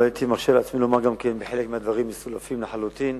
והייתי גם מרשה לעצמי לומר שחלק מהדברים גם מסולפים לחלוטין,